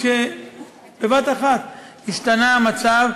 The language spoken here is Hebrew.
שבבת-אחת השתנה המצב,